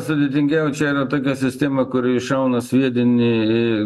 sudėtingiau čia yra tokia sistema kuri iššauna sviedinį